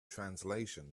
translation